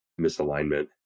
misalignment